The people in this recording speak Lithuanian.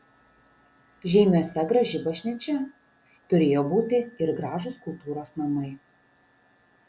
žeimiuose graži bažnyčia turėjo būti ir gražūs kultūros namai